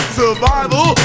survival